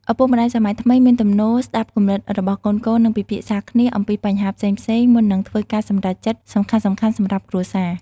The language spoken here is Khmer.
ឪពុកម្ដាយសម័យថ្មីមានទំនោរ ស្ដាប់គំនិតរបស់កូនៗ និង ពិភាក្សាគ្នាអំពីបញ្ហាផ្សេងៗ មុននឹងធ្វើការសម្រេចចិត្តសំខាន់ៗសម្រាប់គ្រួសារ។